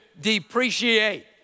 depreciate